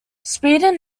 sweden